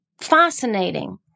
fascinating